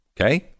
Okay